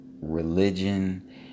religion